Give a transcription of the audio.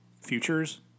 futures